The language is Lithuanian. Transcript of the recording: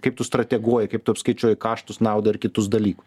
kaip tu strateguoji kaip tu apskaičiuoji kaštus naudą ir kitus dalykus